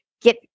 get